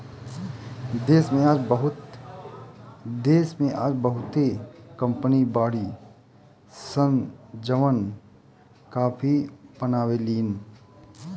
देश में आज बहुते कंपनी बाड़ी सन जवन काफी बनावे लीन